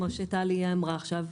כפי שטלי אמרה עכשיו.